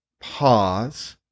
pause